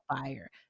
fire